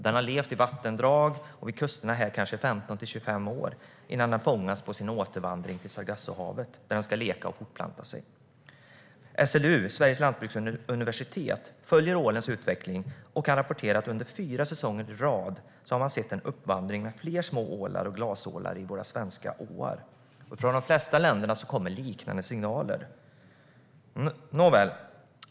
Den har levt i vattendrag eller vid kusterna här i 15-25 år innan den fångas på sin återvandring till Sargassohavet, där den ska leka och fortplanta sig. SLU, Sveriges lantbruksuniversitet, följer ålens utveckling och kan rapportera att under fyra säsonger i rad har man sett en uppvandring med fler små ålar och glasålar i våra svenska åar. Från de flesta länder kommer liknande signaler.